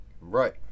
Right